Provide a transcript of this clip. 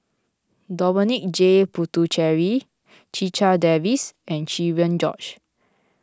Dominic J Puthucheary Checha Davies and Cherian George